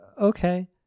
Okay